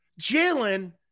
Jalen